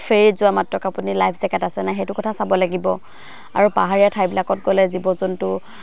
ফেৰিত যোৱা মাত্ৰক আপুনি লাইফ জেকেট আছে নাই সেইটো কথা চাব লাগিব আৰু পাহাৰীয়া ঠাইবিলাকত গ'লে জীৱ জন্তু